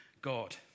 God